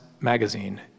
magazine